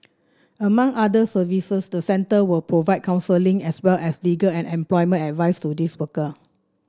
among other services the centre will provide counselling as well as legal and employment advice to these worker